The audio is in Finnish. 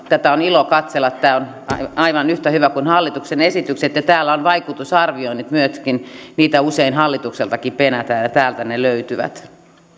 tätä on ilo katsella tämä on aivan yhtä hyvä kuin hallituksen esitykset ja täällä on vaikutusarvioinnit myöskin niitä usein hallitukseltakin penätään ja ja täältä ne löytyvät